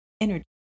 energy